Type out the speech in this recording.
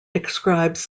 describes